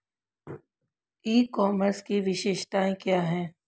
ई commerce की विशेषताएं क्या हैं?